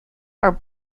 are